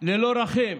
ללא רחם.